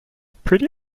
pretty